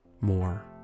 more